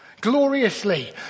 Gloriously